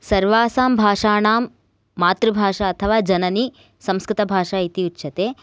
सर्वासां भाषाणां मातृभाषा अथवा जननी संस्कृतभाषा इति उच्यते